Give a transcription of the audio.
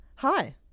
Hi